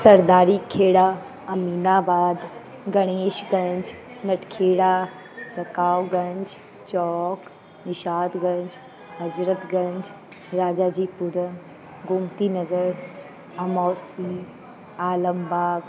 Sardari Khera Aminabad Ganeshganj Natkhera Rakabganj Chowk Nishatganj Hazratganj Rajajipuram Gomti Nagar Amausi Alambagh